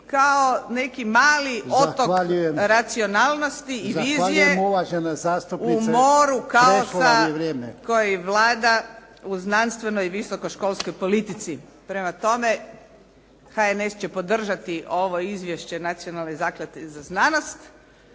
kao neki mali otok racionalnosti i vizije u moru kao sa koji vlada u znanstvenoj i visoko školskoj politici. Prema tome, HNS će podržati ovo izvješće Nacionalne naklade za znanost